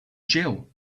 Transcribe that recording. jell